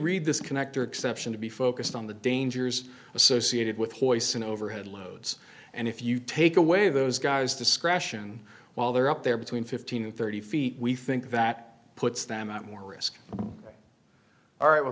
read this connector exception to be focused on the dangers associated with poison overhead loads and if you take away those guys discretion while they're up there between fifteen and thirty feet we think that puts them at more risk all right well